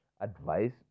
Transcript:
advice